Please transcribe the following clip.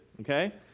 Okay